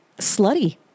slutty